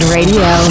Radio